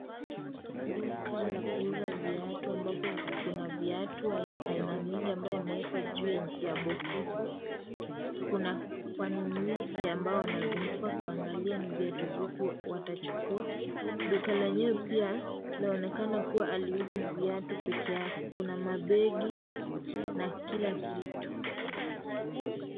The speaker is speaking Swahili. Duka la kuuza viatu ambapo kuna viatu aina mingi ambayo imewekwa juu ya bokisi Kuna wanunuzi ambao wanazunguka kuangalia ni viatu vipi watachukua duka lenyewe pia laonekana kuwa haliuzi viatu pekeyske kuna mabegi na kila kitu.